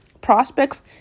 prospects